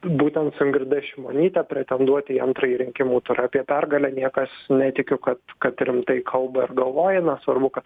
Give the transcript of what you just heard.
būtent su ingrida šimonyte pretenduot į antrąjį rinkimų turą apie pergalę niekas netikiu kad kad rimtai kalba ir galvoja na svarbu kad